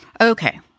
Okay